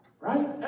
Right